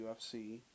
UFC